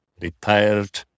retired